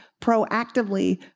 proactively